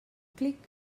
clic